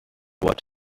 what